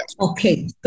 Okay